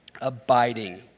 abiding